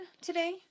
today